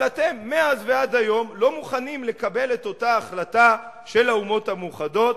אבל אתם מאז ועד היום לא מוכנים לקבל את אותה החלטה של האומות המאוחדות